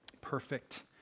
perfect